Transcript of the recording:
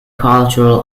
cultural